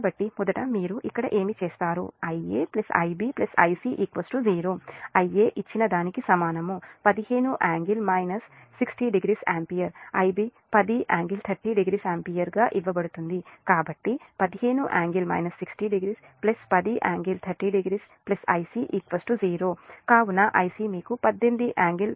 కాబట్టి మొదట మీరు ఇక్కడ ఏమి చేస్తారు Ia Ib Ic 0 Ia ఇచ్చిన దానికి సమానం 15∟ 60o ampere Ib 10 ∟30o ampere ఇవ్వబడుతుంది కాబట్టి 15∟ 60o 10 ∟30o Ic 0 కాబట్టి Ic మీకు 18 ∟154o ఆంపియర్ లభిస్తుంది